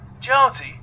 Jonesy